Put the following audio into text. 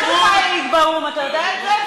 חברת הכנסת חנין זועבי, יש לך דקה.